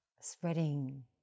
spreading